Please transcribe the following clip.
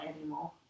anymore